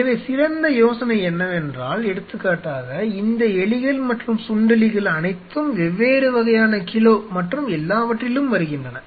எனவே சிறந்த யோசனை என்னவென்றால் எடுத்துக்காட்டாக இந்த எலிகள் மற்றும் சுண்டெலிகள் அனைத்தும் வெவ்வேறு வகையான கிலோ மற்றும் எல்லாவற்றிலும் வருகின்றன